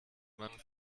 man